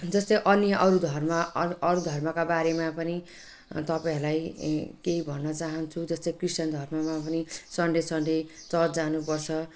जस्तै अनि अरू धर्म अरू धर्मका बारेमा पनि तपाईँहरूलाई केही भन्न चाहन्छु जस्तै क्रिस्चियन धर्ममा पनि सनडे सनडे चर्च जानुपर्छ